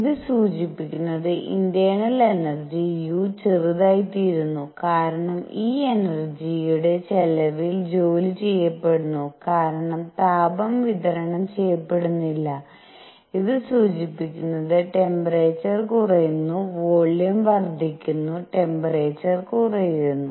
ഇത് സൂചിപ്പിക്കുന്നത് internal energy u ചെറുതായിത്തീരുന്നു കാരണം ഈ എനർജിയുടെ ചെലവിൽ ജോലി ചെയ്യപ്പെടുന്നു കാരണം താപം വിതരണം ചെയ്യപ്പെടുന്നില്ല ഇത് സൂചിപ്പിക്കുന്നത് ട്ടെമ്പേറെചർ കുറയുന്നു വോളിയം വർദ്ധിക്കുന്നു ട്ടെമ്പേറെചർ കുറയുന്നു